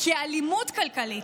כאלימות כלכלית,